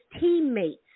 teammates